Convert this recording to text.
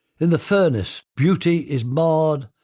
in the furnace beauty is marred,